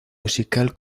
musical